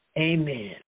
Amen